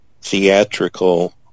theatrical